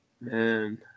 Man